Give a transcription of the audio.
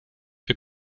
wir